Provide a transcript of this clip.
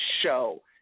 show